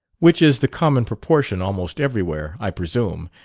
which is the common proportion almost everywhere, i presume,